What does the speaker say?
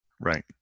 right